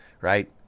right